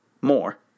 more